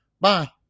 Bye